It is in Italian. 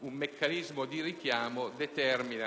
un meccanismo di richiamo determini